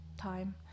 time